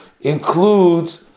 include